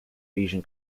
asian